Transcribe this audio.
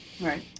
Right